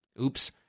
oops